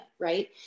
right